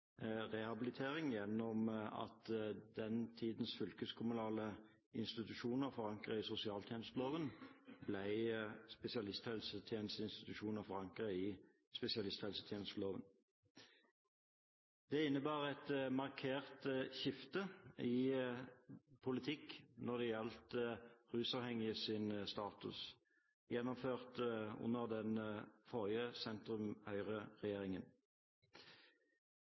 rehabilitering gjennom at den tidens fylkeskommunale institusjoner forankret i sosialtjenesteloven ble spesialisthelsetjenesteinstitusjoner forankret i spesialisthelsetjenesteloven. Det innebar et markert skifte i politikk når det gjaldt rusavhengiges status, gjennomført under